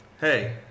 Hey